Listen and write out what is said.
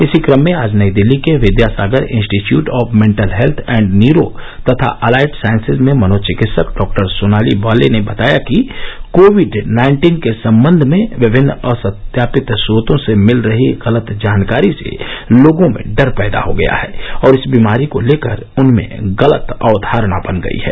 इसी क्रम में आज नई दिल्ली के Vidyasagar institute of mental health and neuro तथा अलाइड साइंसेज में मनोचिकित्सक डॉक्टर सोनाली बाली ने बताया कि कोविड नाइन्टीन के संबंध में विभिन्न असत्यापित च्रोतों से मिल रही गलत जानकारी से लोगों में डर पैदा हो गया है और इस बीमारी को लेकर उनमें गलत अक्वारणा बन गई है